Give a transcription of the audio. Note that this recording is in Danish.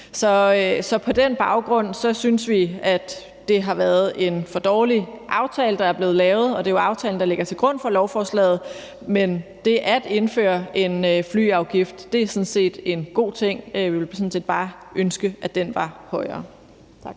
På den baggrund synes vi, at det har været en for dårlig aftale, der er blevet lavet, og det er jo aftalen, der ligger til grund for lovforslaget. Men det at indføre en flyafgift er sådan set en god ting. Jeg ville sådan set bare ønske, at den var højere. Tak.